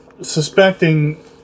suspecting